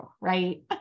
right